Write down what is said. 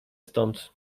stąd